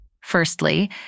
Firstly